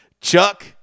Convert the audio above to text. Chuck